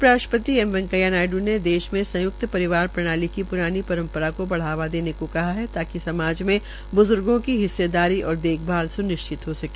उपराष्ट्रपति एम वैकेंया नायडू ने देश में संयुक्त परिवार प्रणाली की पुरानी परंपरा को बढ़ावा देने को कहा है ताकि समाज में ब्ज्र्गो की हिस्सेदारी और देखभाल स्निश्चित हो सके